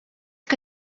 que